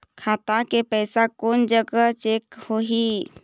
खाता के पैसा कोन जग चेक होही?